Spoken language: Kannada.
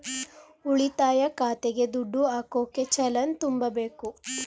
ಉಳಿತಾಯ ಖಾತೆಗೆ ದುಡ್ಡು ಹಾಕೋಕೆ ಚಲನ್ ತುಂಬಬೇಕು